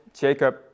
Jacob